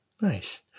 Nice